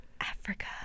Africa